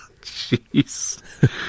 Jeez